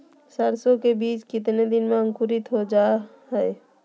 सरसो के बीज कितने दिन में अंकुरीत हो जा हाय?